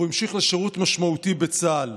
והוא המשיך לשירות משמעותי בצה"ל.